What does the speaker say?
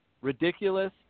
Ridiculous